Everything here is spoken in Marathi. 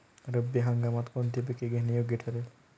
रब्बी हंगामात कोणती पिके घेणे योग्य ठरेल?